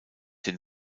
den